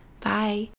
Bye